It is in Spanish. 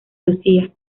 lucía